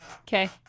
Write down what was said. Okay